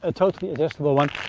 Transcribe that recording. ah totally adjustable one.